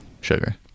Sugar